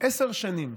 עשר שנים,